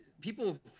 people